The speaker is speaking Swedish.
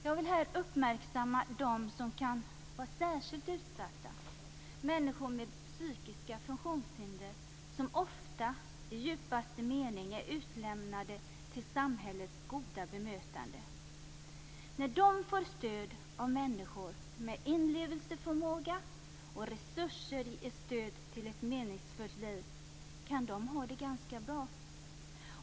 Jag vill här uppmärksamma dem som kan vara särskilt utsatta, människor med psykiska funktionshinder som ofta i djupaste mening är utlämnade till samhällets goda bemötande. När de får stöd av människor med inlevelseförmåga och resurser att ge stöd till ett meningsfullt liv kan de ha det ganska bra.